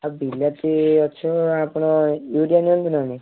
ଆଉ ବିଲାତି ଗଛ ଆପଣ ୟୁରିଆ ନିଅନ୍ତୁ ନହେନେ